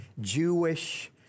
Jewish